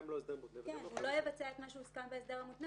הוא לא יבצע את מה שהוסכם בהסדר המותנה